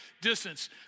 distance